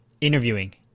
interviewing